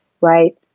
right